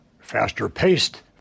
faster-paced